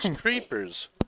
Creepers